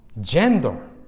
gender